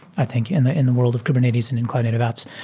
i think in the in the wor ld of kubernetes and in cloud native apps.